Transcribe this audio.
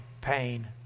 pain